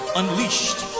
unleashed